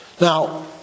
Now